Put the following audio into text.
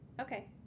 Okay